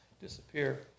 disappear